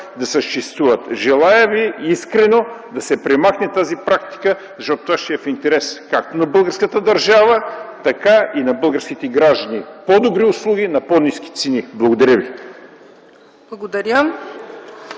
да съществуват. Желая Ви искрено да се премахне тази практика, защото това ще е в интерес както на българската държава, така и на българските граждани: по-добри услуги – на по-ниски цени. Благодаря ви.